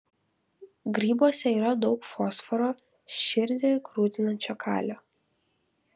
grybuose yra daug fosforo širdį grūdinančio kalio